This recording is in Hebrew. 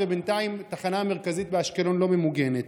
ובינתיים התחנה המרכזית באשקלון לא ממוגנת.